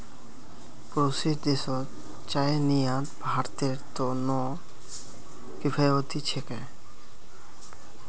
पड़ोसी देशत चाईर निर्यात भारतेर त न किफायती छेक